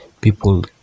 people